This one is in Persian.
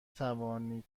توانید